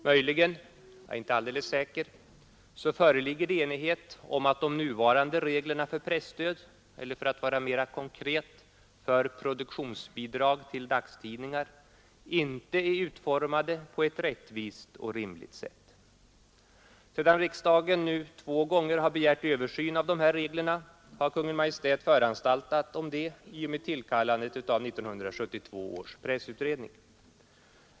Möjligen, men jag är inte alldeles säker, föreligger enighet om att de nuvarande reglerna för presstöd — eller för att vara mer konkret: för produktionsbidrag till dagstidningar — inte är utformade på ett rättvist och rimligt sätt. Sedan nu riksdagen två gånger begärt översyn av dessa regler har Kungl. Maj:t föranstaltat om detta i och med tillkallandet av 1972 års pressutred ning.